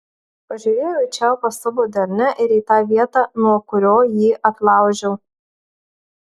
pažiūrėjau į čiaupą savo delne ir į tą vietą nuo kurio jį atlaužiau